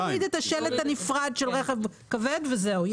נוריד את השלט הנפרד של רכב כבד וזהו.